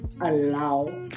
allow